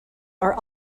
are